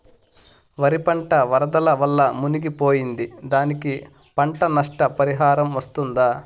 వరి పంట వరదల వల్ల మునిగి పోయింది, దానికి పంట నష్ట పరిహారం వస్తుందా?